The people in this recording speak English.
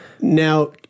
Now